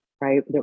right